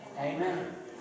Amen